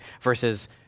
Versus